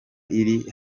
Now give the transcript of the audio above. iri